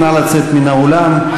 נא לצאת מן האולם.